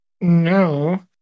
No